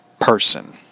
person